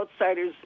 outsiders